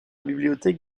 bibliothèque